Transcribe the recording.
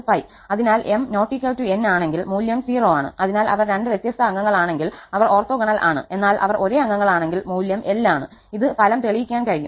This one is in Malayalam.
അതിനാൽ 𝑚 ≠ 𝑛 ആണെങ്കിൽ മൂല്യം 0 ആണ് അതിനാൽ അവർ രണ്ട് വ്യത്യസ്ത അംഗങ്ങളാണെങ്കിൽ അവർ ഓർത്തോഗോണൽ ആണ് എന്നാൽ അവർ ഒരേ അംഗങ്ങളാണെങ്കിൽ മൂല്യം 𝑙 ആണ് ഇത് ഫലം തെളിയിക്കാൻ കഴിയും